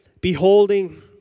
beholding